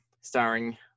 starring